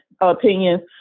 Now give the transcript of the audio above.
opinions